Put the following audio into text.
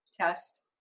test